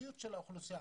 שלום לכולם,